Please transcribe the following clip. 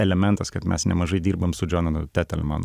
elementas kad mes nemažai dirbam su džonu tetelmanu